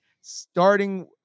starting